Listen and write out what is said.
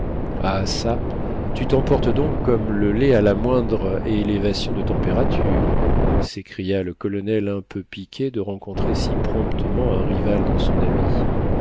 ah çà tu t'emportes donc comme le lait à la moindre élévation de température s'écria le colonel un peu piqué de rencontrer si promptement un rival dans son ami